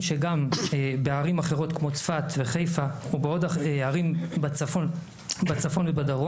שגם בערים אחרות כמו צפת וחיפה ובעוד ערים בצפון ובדרום,